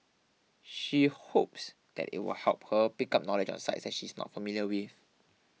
she hopes that it will help her pick up knowledge on sites that she is not familiar with